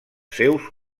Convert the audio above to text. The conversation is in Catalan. seus